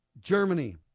Germany